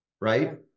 right